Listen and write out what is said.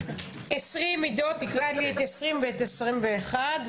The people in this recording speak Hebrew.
עידו, תקרא את סעיפים 20 ו-21.